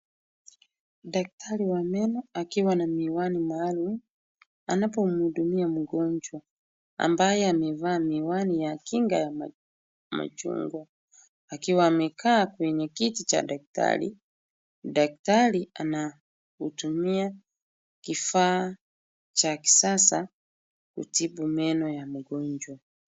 Daktari wa neno akiwa na miwani maalum, anapo mhudumia mugonjwa, ambaye amevaa miwani ya kinga ya machungwa. Akiwa amekaa kwenye kiti cha daktari. Daktari anautumia kifaa cha kisasa kutibu meno ya mugonjwa.